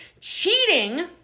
Cheating